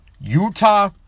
Utah